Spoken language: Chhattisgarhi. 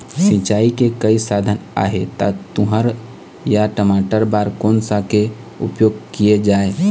सिचाई के कई साधन आहे ता तुंहर या टमाटर बार कोन सा के उपयोग किए जाए?